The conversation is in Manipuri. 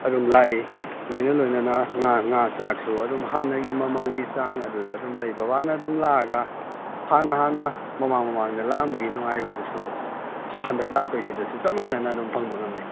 ꯑꯗꯨꯝ ꯂꯥꯛꯏ ꯂꯣꯏꯅ ꯂꯣꯏꯅꯅ ꯉꯥ ꯉꯥ ꯆꯥꯛꯁꯨ ꯑꯗꯨꯝ ꯍꯥꯟꯅꯒꯤ ꯃꯃꯜꯒꯤ ꯆꯥꯡ ꯑꯗꯨꯗ ꯑꯗꯨꯝ ꯂꯩ ꯕꯕꯥꯅ ꯑꯗꯨꯝ ꯂꯥꯛꯑꯒ ꯍꯥꯟꯅ ꯍꯥꯟꯅ ꯃꯃꯥꯡ ꯃꯃꯥꯡꯗ ꯂꯥꯛꯑꯝꯕꯒꯤ ꯅꯨꯡꯉꯥꯏꯕꯗꯨꯁꯨ ꯍꯟꯗꯛ ꯂꯥꯛꯇꯣꯏꯁꯤꯗꯁꯨ ꯆꯞ ꯃꯥꯅꯅ ꯑꯗꯨꯝ ꯐꯪꯕ ꯉꯝꯅꯤ